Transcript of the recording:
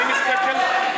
אני מסתכל.